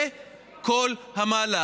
זה כל המהלך.